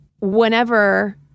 whenever